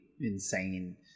insane